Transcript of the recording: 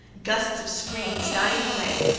gusts of screams dying away,